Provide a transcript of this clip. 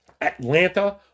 atlanta